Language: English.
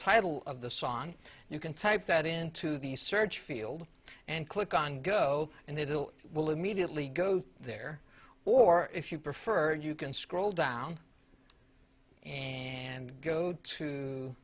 title of the song you can type that into the search field and click on go and their little will immediately go to there or if you prefer you can scroll down and go to